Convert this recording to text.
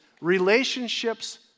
Relationships